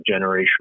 generational